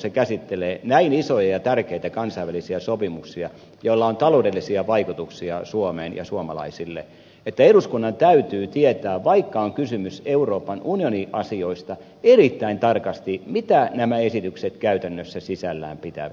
eduskunta käsittelee näin isoja ja tärkeitä kansainvälisiä sopimuksia joilla on taloudellisia vaikutuksia suomeen ja suomalaisille eduskunnan täytyy tietää vaikka on kysymys euroopan unionin asioista erittäin tarkasti mitä nämä esitykset käytännössä sisällään pitävät